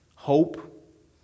hope